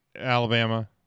Alabama